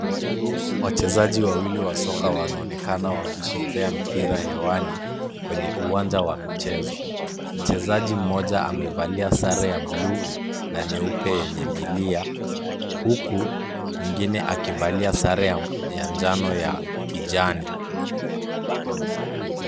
Wachezaji wawili wa soka wanaonekana wakigombea mpira hewani kwenye uwanja wa mchezo. Mchezaji mmoja amevalia sare ya bluu na nyeupe yenye milia, huku mwingine akivalia sare ya njano ya kijani.